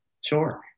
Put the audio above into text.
Sure